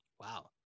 wow